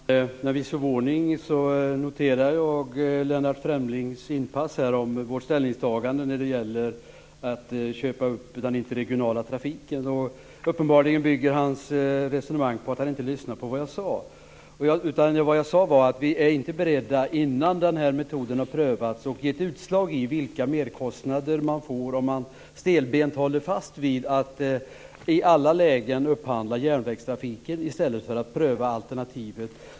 Fru talman! Med viss förvåning noterar jag Lennart Fremlings inpass om vårt ställningstagande när det gäller att köpa upp den interregionala trafiken. Uppenbarligen bygger hans resonemang på att han inte lyssnade på vad jag sade. Jag sade att vi inte är beredda till detta innan den här metoden har prövats och givit utslag i fråga om vilka merkostnader man får om man stelbent håller fast vid att i alla lägen upphandla järnvägstrafiken i stället för att pröva alternativen.